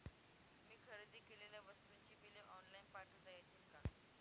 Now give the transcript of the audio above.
मी खरेदी केलेल्या वस्तूंची बिले ऑनलाइन पाठवता येतील का?